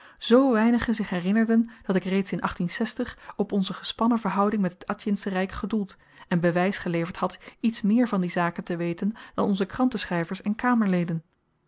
zoo weinigen zich herinnerden dat ik reeds in op onze gespannen verhouding met het atjinsche ryk gedoeld en bewys geleverd had iets meer van die zaken te weten dan onze krantenschryvers en kamerleden